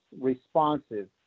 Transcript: responsive